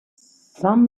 some